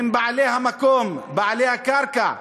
הם בעלי המקום, בעלי הקרקע,